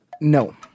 No